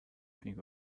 think